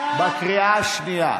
בקריאה השנייה.